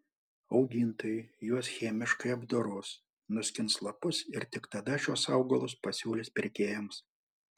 augintojai juos chemiškai apdoros nuskins lapus ir tik tada šiuos augalus pasiūlys pirkėjams